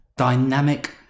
Dynamic